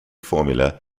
formula